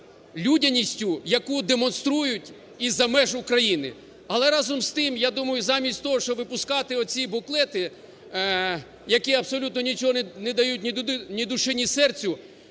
людяністю, яку демонструють із-за меж України. Але, разом з тим, я думаю, що замість того, щоб випускати оці буклети, які абсолютно нічого не дають ні душі, ні серцю,